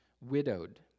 widowed